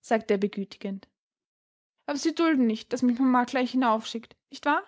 sagte er begütigend aber sie dulden nicht daß mich mama gleich hinaufschickt nicht wahr